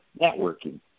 networking